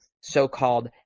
so-called